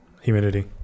Humidity